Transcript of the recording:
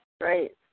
Right